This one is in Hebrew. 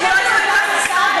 אם את שואלת תני לי להגיב,